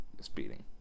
speeding